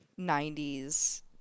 90s